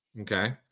Okay